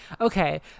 okay